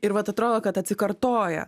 ir vat atrodo kad atsikartoja